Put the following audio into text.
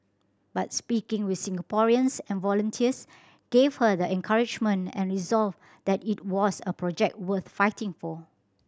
but speaking with Singaporeans and volunteers gave her the encouragement and resolve that it was a project worth fighting for